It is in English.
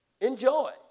Enjoy